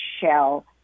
shell